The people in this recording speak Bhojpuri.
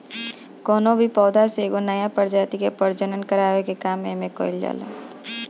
कवनो भी पौधा से एगो नया प्रजाति के प्रजनन करावे के काम एमे कईल जाला